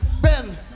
Ben